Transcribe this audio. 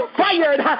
fired